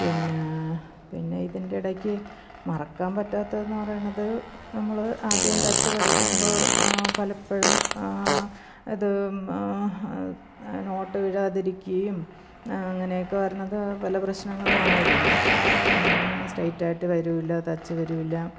പിന്ന പിന്നെ ഇതിൻ്റെടയ്ക്ക് മറക്കാൻ പറ്റാത്തതെന്ന് പറയണത് നമ്മള് ആദ്യം തച്ച് പഠിക്കുമ്പോള് പലപ്പോഴും ഇത് നോട്ട് വീഴാതിരിക്കുകയും അങ്ങനെയൊക്കെ വരണത് പല പ്രശ്നങ്ങളുമായിരുന്നു പിന്നാ സ്ട്രെയ്റ്റായിട്ട് വരൂല്ല തച്ച് വരൂല്ല